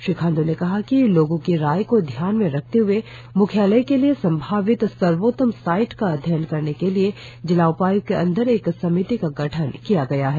श्री खाण्ड्र ने कहा कि लोगों की राय को ध्यान में रखते हए म्ख्यालय के लिए संभावित सर्वोत्तम साइट का अध्ययन करने के लिए जिला उपायुक्त के अंदर एक समिति का गठन किया ग्या है